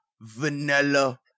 vanilla